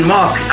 Mark